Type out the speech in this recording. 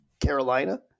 Carolina